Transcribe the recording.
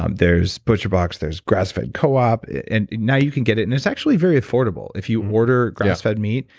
um there's butcher blocks. there's grass fed co-op. and now you can get it, and it's actually very affordable yeah if you order grass fed meat,